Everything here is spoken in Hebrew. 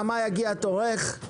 נעמה יגיע תורך,